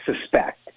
suspect